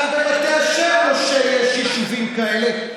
גם במטה אשר יש יישובים כאלה,